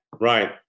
right